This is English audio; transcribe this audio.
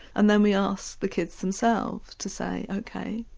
and then we asked the kids themselves to say ok,